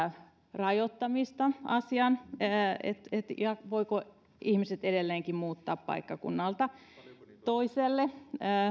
rajoittamista ja voivatko ihmiset edelleenkin muuttaa paikkakunnalta toiselle